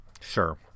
sure